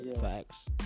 facts